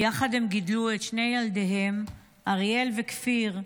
יחד הם גידלו את שני ילדיהם אריאל וכפיר,